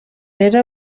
rero